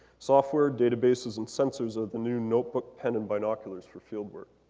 software, databases, and sensors are the new notebook, pen, and binoculars for field work.